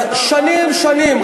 אז שנים-שנים,